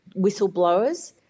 whistleblowers